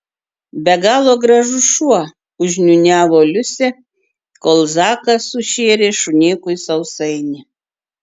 be galo gražus šuo užniūniavo liusė kol zakas sušėrė šunėkui sausainį